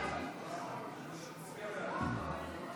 כהצעת הוועדה,